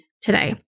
today